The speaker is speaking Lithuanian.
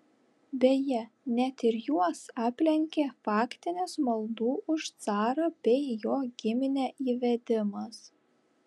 beje net ir juos aplenkė faktinis maldų už carą bei jo giminę įvedimas